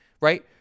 right